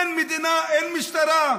אין מדינה, אין משטרה?